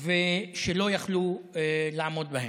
שלא יוכלו לעמוד בהם.